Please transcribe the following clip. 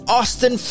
Austin